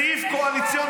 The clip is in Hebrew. בסעיף קואליציוני,